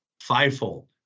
fivefold